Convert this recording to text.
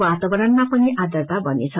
वातावरणमा पनि आद्रता बढ़नेछ